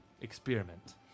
experiment